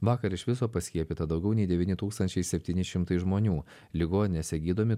vakar iš viso paskiepyta daugiau nei devyni tūkstančiai septyni šimtai žmonių ligoninėse gydomi